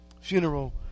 funeral